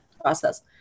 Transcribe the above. process